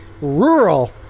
Rural